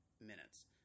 minutes